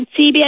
CBS